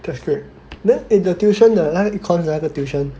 that's great then if the tuition 那个 econs 那个 tuition